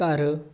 ਘਰ